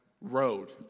road